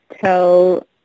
tell